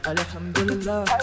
Alhamdulillah